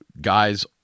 guys